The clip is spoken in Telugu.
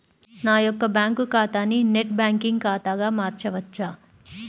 నా యొక్క బ్యాంకు ఖాతాని నెట్ బ్యాంకింగ్ ఖాతాగా మార్చవచ్చా?